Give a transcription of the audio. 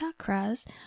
chakras